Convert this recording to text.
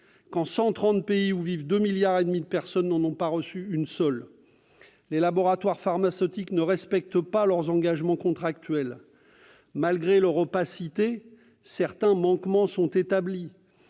quand 130 pays où vivent 2,5 milliards de personnes n'en ont pas reçu une seule. Les laboratoires pharmaceutiques ne respectent pas leurs engagements contractuels. Malgré leur opacité, certains manquements sont établis.